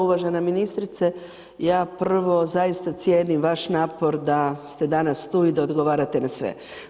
Uvažena ministrice, ja prvo zaista cijenim vaš napor da ste danas tu i da odgovarate na sve.